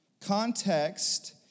Context